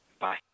Bye